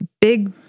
big